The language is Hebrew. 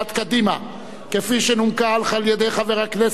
שנומקה על-ידי חבר הכנסת יואל חסון,